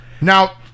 Now